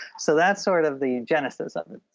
so that's sort of the genesis of and